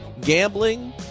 gambling